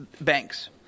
Banks